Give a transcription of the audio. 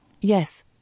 Yes